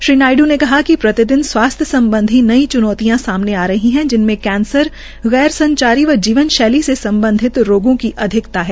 श्री नायड् ने कहा कि प्रतिदिन स्वासथ्य सम्बधी नई च्नौतियां सामने आ रही है जिसमें कैंसर गैर संचारी व जीवन शैली से सम्बधी रोगों की अधिकता है